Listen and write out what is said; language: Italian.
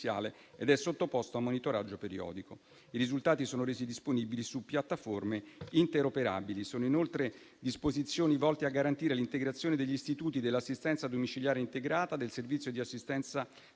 ed è sottoposto a monitoraggio periodico. I risultati sono resi disponibili su piattaforme interoperabili. Vi sono inoltre disposizioni volte a garantire l'integrazione degli istituti dell'assistenza domiciliare integrata e del servizio di assistenza